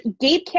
Gabe